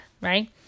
right